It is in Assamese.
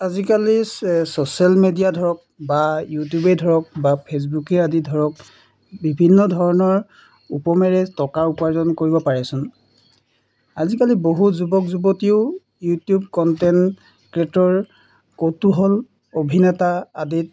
আজিকালি ছে ছ'চিয়েল মিডিয়া ধৰক বা ইউটিউবেই ধৰক বা ফেচবুকেই আদি ধৰক বিভিন্ন ধৰণৰ উপমেৰে টকা উপাৰ্জন কৰিব পাৰে চোন আজিকালি বহু যুৱক যুৱতীয়েও ইউটিউব কণ্টেণ্ট ক্ৰীয়েটৰ কৌতূহল অভিনেতা আদিত